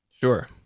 Sure